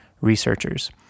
researchers